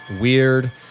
weird